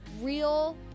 real